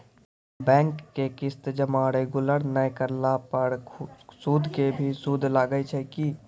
Bank के किस्त जमा रेगुलर नै करला पर सुद के भी सुद लागै छै कि?